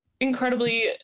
incredibly